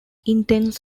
intense